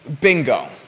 bingo